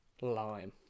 lime